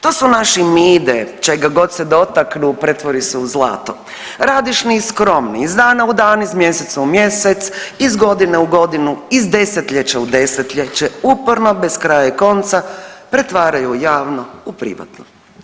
To našim ide, čega god se dotaknu pretvori se u zlato, radišni i skromni iz dana u dan iz mjeseca u mjesec iz godine u godinu iz 10-ljeća u 10-ljeće uporno bez kraja i konca pretvaraju javno u privatno.